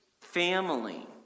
family